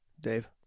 Dave